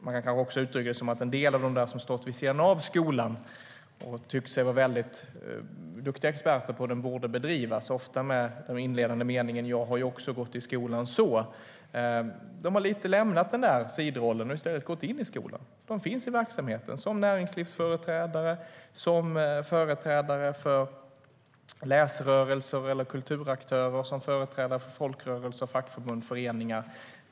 Man kanske också kan uttrycka det som att en del av dem som har stått vid sidan av skolan och tyckt sig vara duktiga experter på vad den borde bedriva lite grann har lämnat sin sidoroll. De använder ofta den inledande meningen: Jag har ju också gått i skolan, så . De har nu i stället gått in i skolan. De finns i verksamheten som näringslivsföreträdare, som företrädare för läsrörelser eller kulturaktörer och som företrädare för folkrörelser, fackförbund och föreningar.